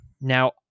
Now